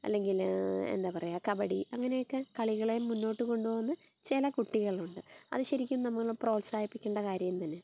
അല്ലെങ്കിൽ എന്താണ് പറയുക കബഡി അങ്ങനെയൊക്കെ കളികളെ മുന്നോട്ട് കൊണ്ട് പോകുന്ന ചില കുട്ടികളുണ്ട് അത് ശരിക്കും നമ്മൾ പ്രോത്സാഹിപ്പിക്കേണ്ട കാര്യം തന്നെയാണ്